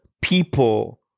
people